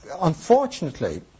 Unfortunately